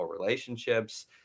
relationships